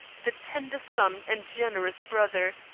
the tender son and generous brother,